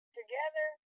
together